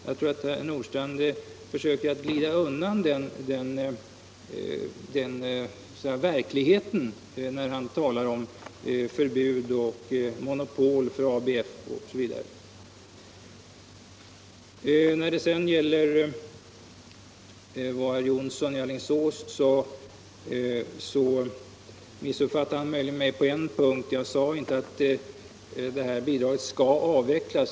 Jag tycker att herr Nordstrandh försöker glida undan verkligheten när han talar om förbud, monopol för ABF, osv. Herr Jonsson i Alingsås missuppfattade möjligen mig på en punkt. Jag sade inte att kringpersonalbidraget skall avvecklas.